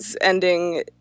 ending